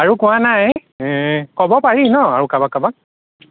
আৰু কোৱা নাই ক'ব পাৰি ন আৰু কাৰোবাক কাৰোবাক